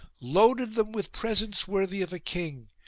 loaded them with presents worthy of a king,